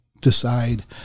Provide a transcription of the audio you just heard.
decide